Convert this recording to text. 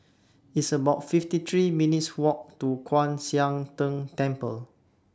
It's about fifty three minutes' Walk to Kwan Siang Tng Temple